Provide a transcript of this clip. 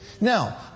Now